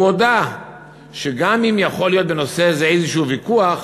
הוא הודה שגם אם יכול להיות בנושא זה איזשהו ויכוח,